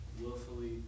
willfully